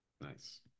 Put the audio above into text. Nice